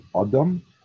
Adam